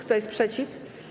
Kto jest przeciw?